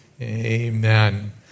Amen